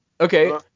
Okay